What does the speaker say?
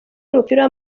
w’umupira